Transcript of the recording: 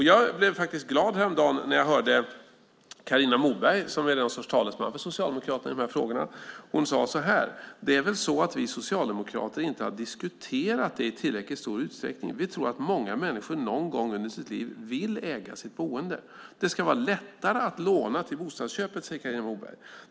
Jag blev faktiskt glad häromdagen när jag hörde Carina Moberg, som är någon sorts talesman för Socialdemokraterna i de här frågorna. Hon sade så här: Det är väl så att vi socialdemokrater inte har diskuterat det i tillräckligt stor utsträckning. Vi tror att många människor någon gång under sitt liv vill äga sitt boende. Det ska vara lättare att låna till bostadsköpet, säger Carina Moberg.